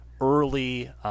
early